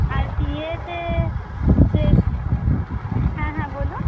আর বিয়েতে যে হ্যাঁ হ্যাঁ বলুন